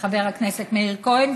חבר הכנסת מאיר כהן,